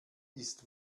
ist